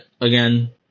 again